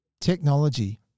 Technology